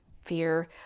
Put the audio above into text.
fear